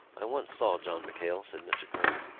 i once saw john machale, said mr. kernan,